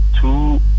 two